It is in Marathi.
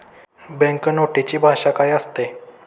बँक नोटेची भाषा काय असते?